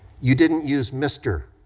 you didn't use mr.